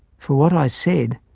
for what i said,